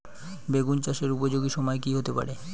বেগুন চাষের উপযোগী সময় কি হতে পারে?